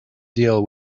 deal